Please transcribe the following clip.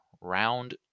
round